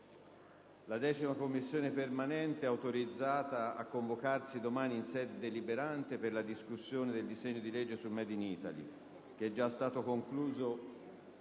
La 10ª Commissione permanente è dunque autorizzata a convocarsi domani, in sede deliberante, per la discussione del disegno di legge sul *Made in Italy*, già concluso